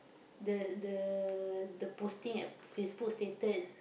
the the the posting at Facebook stated